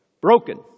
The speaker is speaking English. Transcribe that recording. Broken